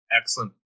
excellent